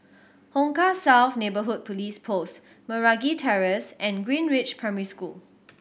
Hong Kah South Neighbourhood Police Post Meragi Terrace and Greenridge Primary School